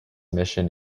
mission